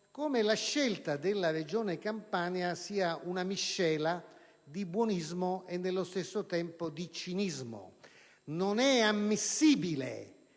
che quella della regione Campania è una scelta di buonismo e, nello stesso tempo, di cinismo. Non è ammissibile